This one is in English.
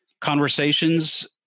conversations